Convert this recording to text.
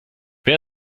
wer